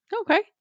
okay